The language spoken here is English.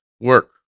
work